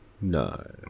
No